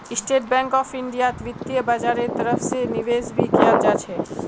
state bank of इन्डियात वित्तीय बाजारेर तरफ से निवेश भी कियाल जा छे